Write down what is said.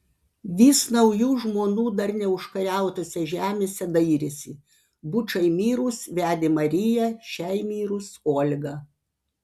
vis naujų žmonų dar neužkariautose žemėse dairėsi bučai mirus vedė mariją šiai mirus olgą